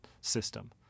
system